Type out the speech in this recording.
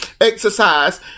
exercise